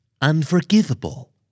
Unforgivable